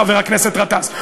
חבר הכנסת גטאס,